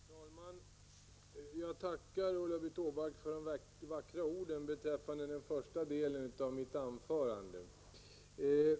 Herr talman! Jag tackar Ulla-Britt Åbark för de vackra orden beträffande den första delen av mitt anförande.